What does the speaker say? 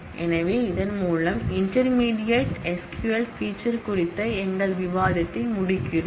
எனவே இதன் மூலம் இன்டெர்மீடியேட் SQL பீச்சர் குறித்த எங்கள் விவாதத்தை முடிக்கிறோம்